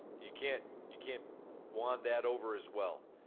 you can't you can't wand that over as well.